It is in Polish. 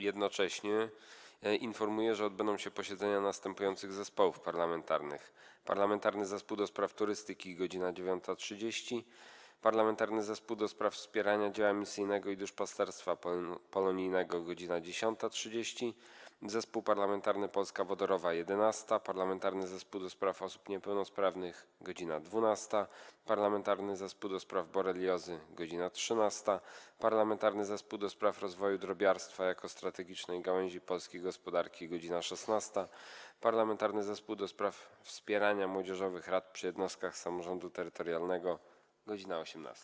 Jednocześnie informuję, że odbędą się posiedzenia następujących zespołów parlamentarnych: - Parlamentarnego Zespołu ds. Turystyki - godz. 9.30, - Parlamentarnego Zespołu ds. Wspierania Dzieła Misyjnego i Duszpasterstwa Polonijnego - godz. 10.30, - Zespołu Parlamentarnego - Polska Wodorowa - godz. 11, - Parlamentarnego Zespołu ds. Osób Niepełnosprawnych - godz. 12, - Parlamentarnego Zespołu ds. Boreliozy - godz. 13, - Parlamentarnego Zespołu ds. rozwoju drobiarstwa jako strategicznej gałęzi polskiej gospodarki - godz. 16, - Parlamentarnego Zespołu ds. Wspierania Młodzieżowych Rad przy Jednostkach Samorządu Terytorialnego - godz. 18.